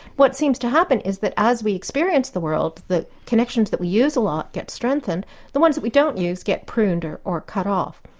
what seems to happen is that as we experience the world, the connections that we use a lot get strengthened the ones that we don't use get pruned, or or cut off.